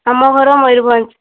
ଆମ ଘର ମୟୁରଭଞ୍ଜ